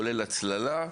כולל הצללה,